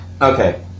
okay